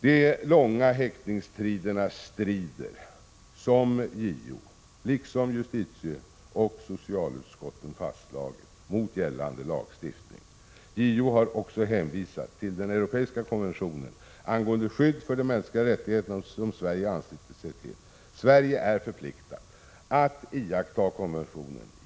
De långa väntetiderna strider, som JO liksom justitieoch socialutskotten har fastslagit, mot gällande lagstiftning. JO har också hänvisat till den europeiska konventionen angående skydd för de mänskliga rättigheterna som Sverige anslutit sig till. Sverige är förpliktigat att iaktta konventionen.